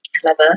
clever